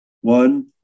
One